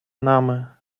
нами